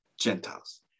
Gentiles